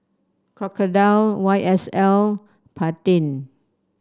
Crocodile Y S L Pantene